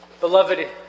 Beloved